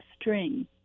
string